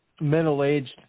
middle-aged